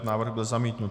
Návrh byl zamítnut.